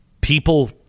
people